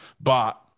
but-